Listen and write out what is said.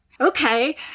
Okay